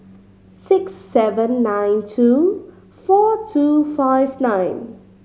six seven nine two four two five nine